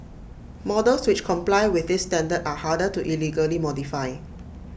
models which comply with this standard are harder to illegally modify